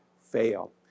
fail